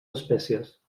espècies